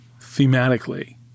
thematically